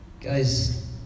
Guys